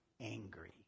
angry